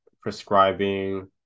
prescribing